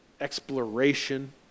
exploration